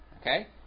Okay